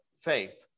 faith